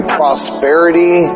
prosperity